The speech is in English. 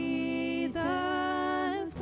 Jesus